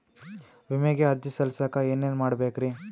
ವಿಮೆಗೆ ಅರ್ಜಿ ಸಲ್ಲಿಸಕ ಏನೇನ್ ಮಾಡ್ಬೇಕ್ರಿ?